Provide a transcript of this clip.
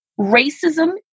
racism